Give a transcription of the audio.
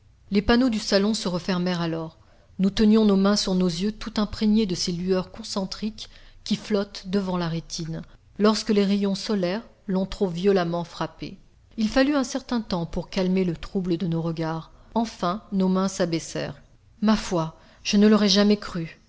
les panneaux du salon se refermèrent alors nous tenions nos mains sur nos yeux tout imprégnés de ces lueurs concentriques qui flottent devant la rétine lorsque les rayons solaires l'ont trop violemment frappée il fallut un certain temps pour calmer le trouble de nos regards enfin nos mains s'abaissèrent ma foi je ne l'aurais jamais cru